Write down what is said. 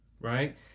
right